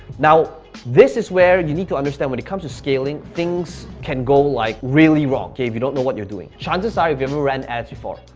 now this is where and you need to understand, when it comes to scaling, things can go like really wrong, okay, if you don't know what you're doing. chances are, ah if you ever ran ads before,